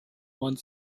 one